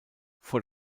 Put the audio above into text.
vor